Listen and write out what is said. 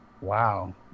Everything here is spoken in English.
Wow